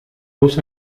dos